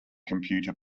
computer